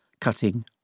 cutting